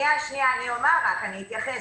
אני רק אתייחס.